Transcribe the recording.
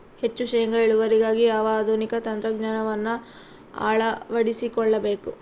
ಹೆಚ್ಚು ಶೇಂಗಾ ಇಳುವರಿಗಾಗಿ ಯಾವ ಆಧುನಿಕ ತಂತ್ರಜ್ಞಾನವನ್ನು ಅಳವಡಿಸಿಕೊಳ್ಳಬೇಕು?